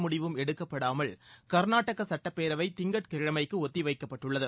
முடிவும் எடுக்கப்படாமல் கா்நாடக சுட்டப்பேரவை திங்கட்கிழமைக்கு ஒத்திவைக்கப்பட்டுள்ளது